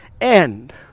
end